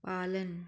पालन